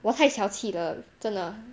我太小气了真的